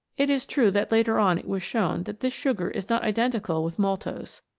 it is true that later on it was shown that this sugar is not identical with maltose,